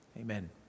amen